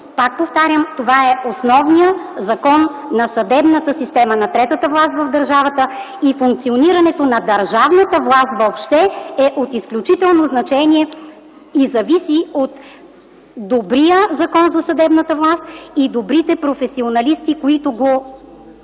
пак повтарям, това е основният закон на съдебната система, на третата власт в държавата, и функционирането на държавната власт въобще е от изключително значение и зависи от добрия Закон за съдебната власт и добрите професионалисти, които го